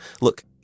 Look